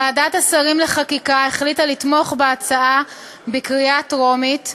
ועדת השרים לחקיקה החליטה לתמוך בהצעה בקריאה טרומית,